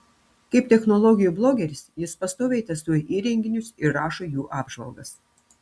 kaip technologijų blogeris jis pastoviai testuoja įrenginius ir rašo jų apžvalgas